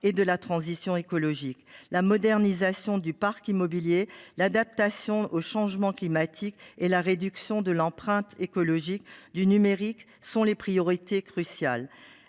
et de la transition écologique. La modernisation du parc immobilier, l’adaptation aux changements climatiques et la réduction de l’empreinte écologique du numérique sont des priorités cruciales.